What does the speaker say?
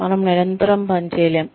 మనము నిరంతరం పని చేయలేము